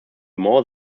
more